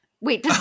Wait